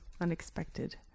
Unexpected